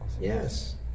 yes